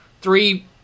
three